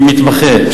מתמחה,